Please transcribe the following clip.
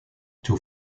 two